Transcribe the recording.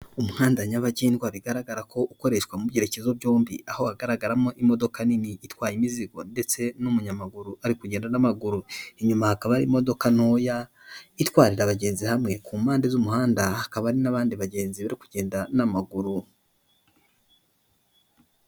Umuhanda nyabagendwa bigaragara ko ukoreshwa mu byerekezo byombi, aho hagaragaramo imodoka nini itwaye imizigo ndetse n'umunyamaguru ari kugenda n'amaguru, inyuma hakaba hari imodoka ntoya itwarira abagenzi hamwe, ku mpande z'umuhanda hakaba ari n'abandi bagenzi bari kugenda n'amaguru.